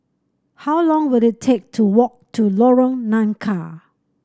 how long will it take to walk to Lorong Nangka